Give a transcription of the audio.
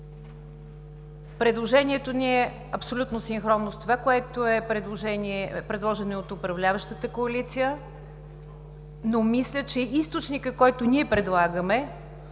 Предложението ни е абсолютно синхронно с това, което е предложено и от управляващата коалиция, но, мисля, че източникът, който ние предлагаме,